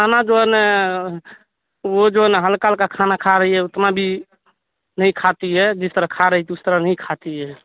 کھانا جو ہے نا وہ جو ہے نا ہلکا ہلکا کھانا کھا رہی ہے اتنا بھی نہیں کھاتی ہے جس طرح کھا رہی ہے اس طرح نہیں کھاتی ہے